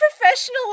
professional